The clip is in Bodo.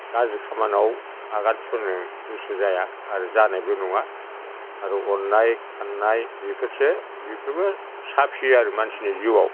गाज्रि खामानाव आगान सुरनो गोसो जाया आरो जानायबो नङा आरो अन्नाय खान्नाय बेफोरसो बेफोरबो साफियो आरो मानसिनि जिउआव